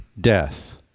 death